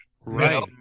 Right